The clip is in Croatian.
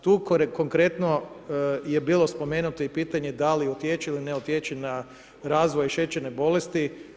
Tu konkretno je bilo spomenuto i pitanje da li utječe ili ne utječe na razvoj šećerne bolesti.